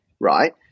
right